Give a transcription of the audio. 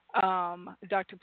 Dr